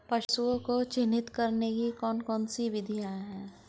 पशुओं को चिन्हित करने की कौन कौन सी विधियां हैं?